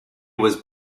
was